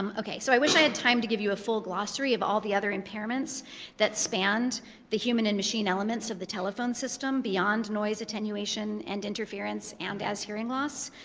um ok, so i wish i had time to give you a full glossary of all the other impairments that spanned the human and machine elements of the telephone system beyond noise attenuation and interference, and as hearing loss.